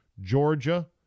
Georgia